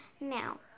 Now